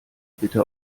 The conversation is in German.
bitte